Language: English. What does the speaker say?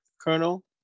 colonel